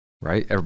right